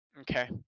Okay